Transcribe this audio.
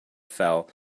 foul